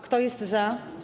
Kto jest za?